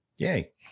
Yay